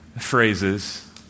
phrases